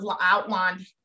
outlined